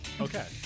Okay